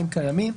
אם קיימים.